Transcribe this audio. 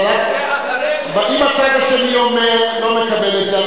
אבל אם הצד השני אומר: לא נקבל את זה,